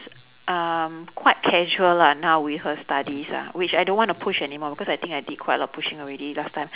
um quite casual lah now with her studies ah which I don't want to push anymore because I think I did quite a lot of pushing already last time